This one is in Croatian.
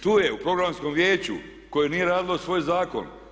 Tu je u Programskom vijeću koje nije radilo svoj zakon.